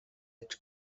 edge